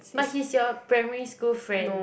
but he's your primary school friend